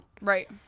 Right